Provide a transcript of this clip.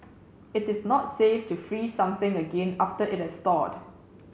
it is not safe to freeze something again after it has thawed